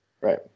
Right